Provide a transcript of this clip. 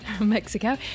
Mexico